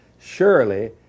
surely